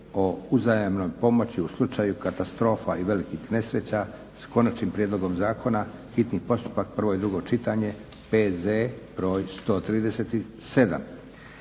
o uzajamnoj pomoći u slučaju katastrofa i velikih nesreća, s Konačnim prijedlogom zakona, hitni postupak, prvo i drugo čitanje, PZ br. 137